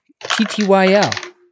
TTYL